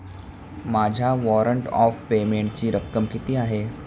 माझ्या warrant of पेमेंटची रक्कम किती आहे?